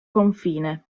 confine